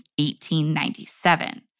1897